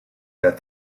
that